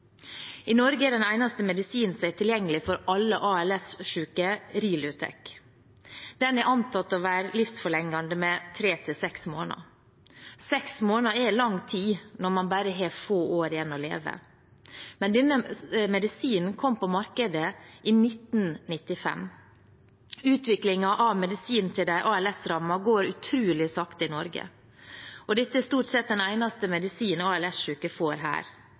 I Norge er den eneste medisinen som er tilgjengelig for alle ALS-syke, Rilutek. Den er antatt å være livsforlengende med tre til seks måneder. Seks måneder er lang tid når man bare har få år igjen å leve. Denne medisinen kom på markedet i 1995. Utviklingen av medisin til de ALS-rammede går utrolig sakte i Norge. Dette er stort sett den eneste medisinen ALS-syke får her,